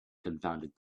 confounded